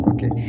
Okay